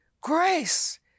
grace